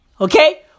Okay